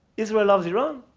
israel loves iran?